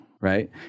Right